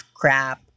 crap